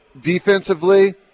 Defensively